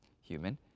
human